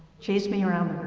chased me around